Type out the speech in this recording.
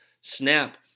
snap